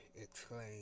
exclaimed